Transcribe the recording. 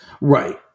Right